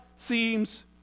seems